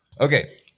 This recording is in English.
Okay